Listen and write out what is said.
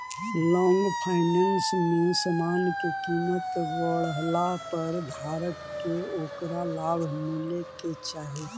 long finance में समान के कीमत बढ़ला पर धारक के ओकरा लाभ मिले के चाही